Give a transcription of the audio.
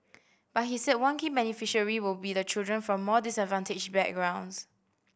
but he said one key beneficiary we will be the children from more disadvantaged backgrounds